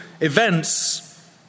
events